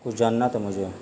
کچھ جاننا تھا مجھے